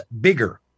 bigger